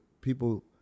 People